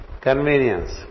convenience